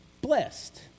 blessed